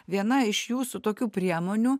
viena iš jūsų tokių priemonių